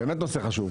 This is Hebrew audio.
באמת נושא חשוב,